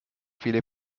viele